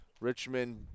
Richmond